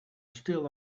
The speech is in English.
still